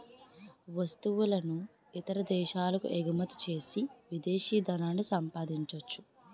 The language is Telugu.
వస్తువులను ఇతర దేశాలకు ఎగుమచ్చేసి విదేశీ ధనాన్ని సంపాదించొచ్చు